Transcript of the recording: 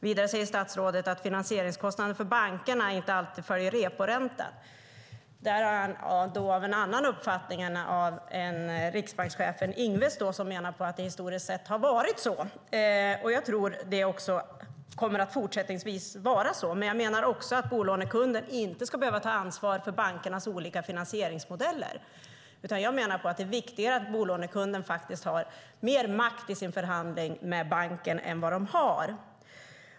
Vidare säger statsrådet att finansieringskostnaderna för bankerna inte alltid följer reporäntan. Där är han av en annan uppfattning än riksbankschefen Ingves som menar att det historiskt sätt har varit så, och jag tror att det också fortsättningsvis kommer att vara så. Men jag menar också att bolånekunden inte ska behöva ta ansvar för bankernas olika finansieringsmodeller. Jag menar att det är viktigare att bolånekunderna faktiskt har mer makt i sin förhandling med banken än de har.